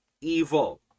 evil